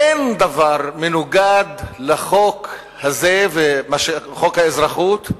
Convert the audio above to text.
אין דבר מנוגד לחוק הזה, חוק האזרחות,